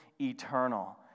eternal